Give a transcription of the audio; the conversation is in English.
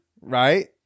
right